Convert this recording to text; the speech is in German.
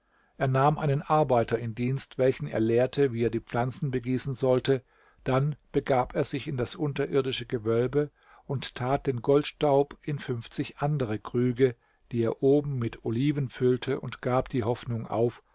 er nahm einen arbeiter in dienst welchen er lehrte wie er die pflanzen begießen sollte dann begab er sich in das unterirdische gewölbe und tat den goldstaub in fünfzig andere krüge die er oben mit oliven füllte und gab die hoffnung auf